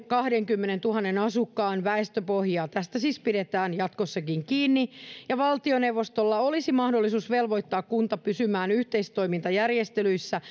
kahteenkymmeneentuhanteen asukkaan väestöpohjaa tästä siis pidetään jatkossakin kiinni ja valtioneuvostolla olisi mahdollisuus velvoittaa kunta pysymään yhteistoimintajärjestelyissä